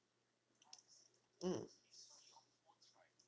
mm